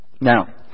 Now